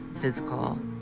physical